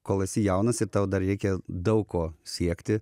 kol esi jaunas ir tau dar reikia daug ko siekti